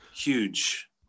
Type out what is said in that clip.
huge